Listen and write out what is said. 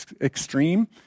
extreme